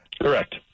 Correct